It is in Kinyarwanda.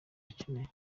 bakeneye